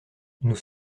nous